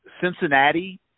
Cincinnati